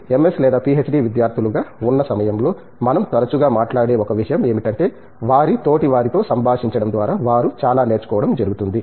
MS లేదా PhD విద్యార్ధులుగా ఉన్న సమయంలో మనం తరచుగా మాట్లాడే ఒక విషయం ఏమిటంటే వారి తోటివారితో సంభాషించడం ద్వారా వారు చాలా నేర్చుకోవడం జరుగుతుంది